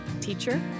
Teacher